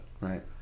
Right